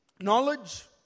knowledge